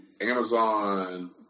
Amazon –